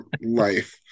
life